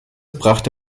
brachte